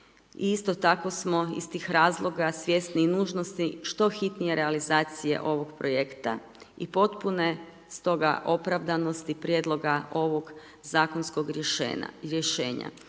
isto tako smo iz tih razloga svjesni i nužnosti što hitnje realizacije ovog projekta i potpune stoga opravdanosti prijedloga ovog zakonskog rješenja.